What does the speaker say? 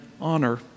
honor